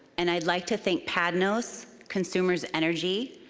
and i'd like to thank padnos, consumers energy,